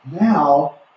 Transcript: Now